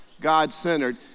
god-centered